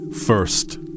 First